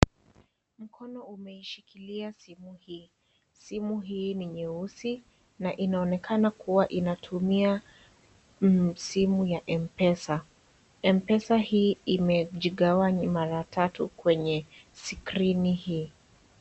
Mkono umeishikilia simu hii. Simu hii ni nyeusi na inaonekana kuwa inatumia simu ya M-Pesa. M-Pesa hii imejigawa mara tatu kwenye skrini hii.